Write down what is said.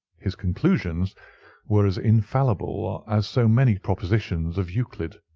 his conclusions were as infallible ah as so many propositions of euclid.